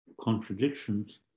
contradictions